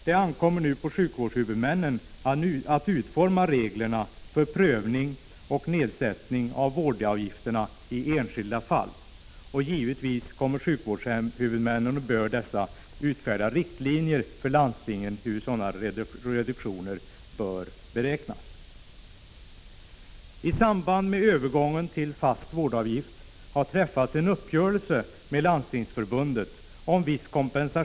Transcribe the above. Det ankommer nu på sjukvårdshuvudmännen att utforma reglerna för prövning och nedsättning av vårdavgifterna i enskilda fall. Givetvis bör sjukvårdshuvudmännen utfärda riktlinjer till landstingen om hur sådana reduktioner skall beräknas.